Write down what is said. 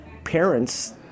Parents